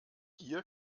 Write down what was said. ihr